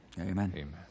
amen